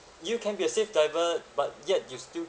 you can be a safe driver but yet you still